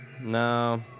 No